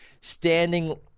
standing